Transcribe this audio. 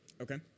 Okay